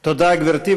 תודה, גברתי.